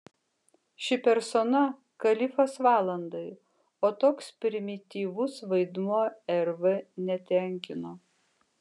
ši persona kalifas valandai o toks primityvus vaidmuo rv netenkino